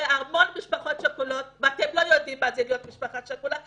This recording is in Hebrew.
והמון משפחות שכולות ואתם לא יודעים מה זה להיות משפחה שכולה,